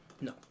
No